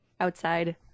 outside